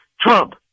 trump